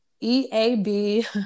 E-A-B